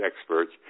experts